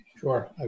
Sure